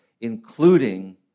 including